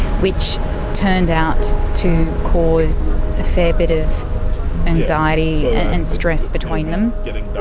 which turned out to cause a fair bit of anxiety and stress between them.